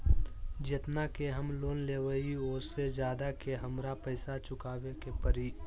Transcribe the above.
जेतना के हम लोन लेबई ओ से ज्यादा के हमरा पैसा चुकाबे के परी?